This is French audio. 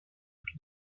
plus